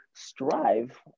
strive